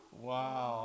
Wow